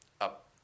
Up